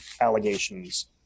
allegations